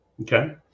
Okay